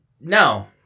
No